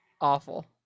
Awful